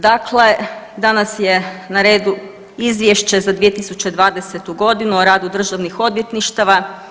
Dakle, danas je na redu Izvješće za 2020. godinu o radu državnih odvjetništava.